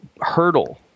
hurdle